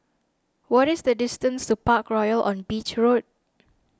what is the distance to Parkroyal on Beach Road